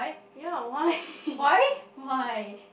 ya why why